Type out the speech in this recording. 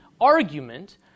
argument